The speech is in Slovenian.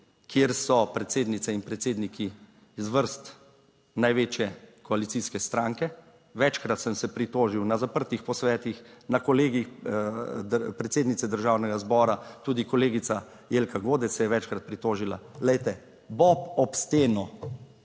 kjer so predsednice in predsedniki iz vrst največje koalicijske stranke. Večkrat sem se pritožil na zaprtih posvetih, na kolegijih predsednice Državnega zbora, tudi kolegica Jelka Godec se je večkrat pritožila, glejte, bob ob steno,